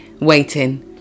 waiting